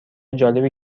جالبی